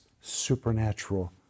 supernatural